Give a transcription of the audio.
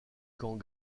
camp